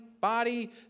body